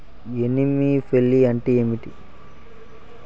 Anemophily అంటే ఏంటి?